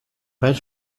per